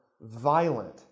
violent